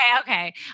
okay